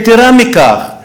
יתרה מכך,